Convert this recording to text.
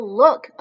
look